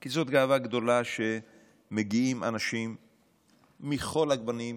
כי זאת גאווה גדולה שמגיעים אנשים מכל הגוונים,